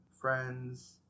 friends